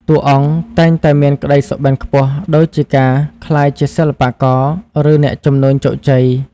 តួអង្គ តែងតែមានក្តីសុបិនខ្ពស់ ដូចជាការក្លាយជាសិល្បករ ឬអ្នកជំនួញជោគជ័យ។